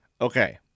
Okay